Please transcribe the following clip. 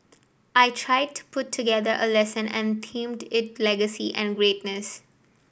I tried to put together a lesson and themed it legacy and greatness